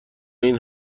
این